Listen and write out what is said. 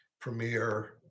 premier